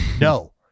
No